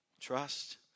Trust